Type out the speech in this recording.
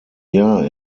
jahr